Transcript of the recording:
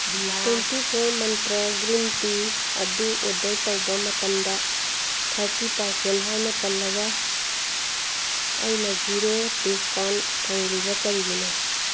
twenty four Mantra green tea ꯑꯗꯨ order ꯇꯧꯕ ꯃꯇꯝꯗ ꯊꯥꯔꯇꯤ ꯄꯥꯔꯁꯦꯟ ꯍꯥꯏꯅ ꯄꯜꯂꯒ ꯑꯩꯅ ꯖꯤꯔꯣ ꯗꯤꯁꯀꯥꯎꯟ ꯐꯪꯂꯤꯕ ꯀꯔꯤꯒꯤꯅꯣ